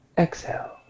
Exhale